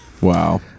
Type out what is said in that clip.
Wow